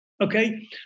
Okay